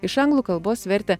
iš anglų kalbos vertė